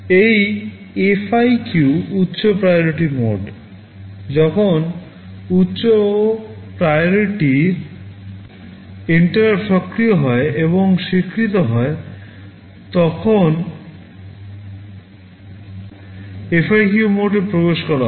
এই FIQ উচ্চ priority mode সক্রিয় হয় এবং স্বীকৃত হয় তখন FIQ মোডে প্রবেশ করা হয়